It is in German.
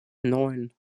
neun